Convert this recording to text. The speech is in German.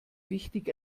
wichtig